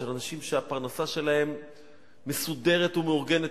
של אנשים שהפרנסה שלהם מסודרת ומאורגנת,